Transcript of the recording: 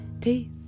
Peace